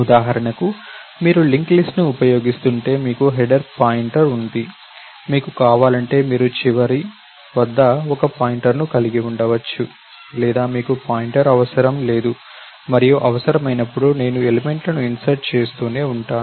ఉదాహరణకు మీరు link list ను ఉపయోగిస్తుంటే మీకు హెడర్కి పాయింటర్ ఉంది మీకు కావాలంటే మీరు చివర వద్ద ఒక పాయింటర్ని కలిగి ఉండవచ్చు లేదా మీకు పాయింటర్ అవసరం లేదు మరియు అవసరమైనప్పుడు నేను ఎలిమెంట్లను ఇన్సర్ట్ చేస్తూనే ఉంటాను